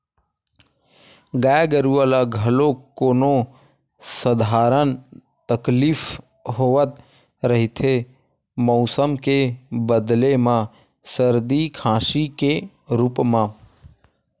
गाय गरूवा ल घलोक कोनो सधारन तकलीफ होवत रहिथे मउसम के बदले म सरदी, खांसी के रुप म